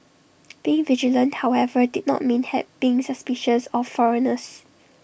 being vigilant however did not mean have being suspicious of foreigners